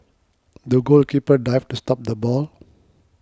the goalkeeper dived to stop the ball